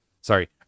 Sorry